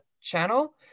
channel